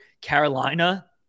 Carolina